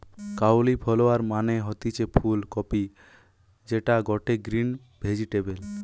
cauliflower মানে হতিছে ফুল কপি যেটা গটে গ্রিন ভেজিটেবল